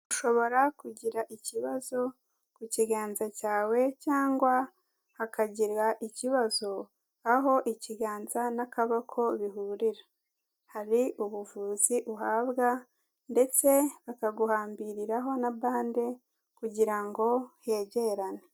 Ushobora kugira ikibazo ku kiganza cyawe cyangwa hakagira ikibazo aho ikiganza n'akaboko bihurira, hari ubuvuzi uhabwa ndetse bakaguhambiriraho na bande kugira ngo hegerane.